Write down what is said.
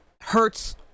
hurts